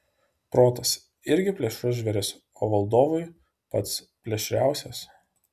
protas irgi plėšrus žvėris o valdovui pats plėšriausias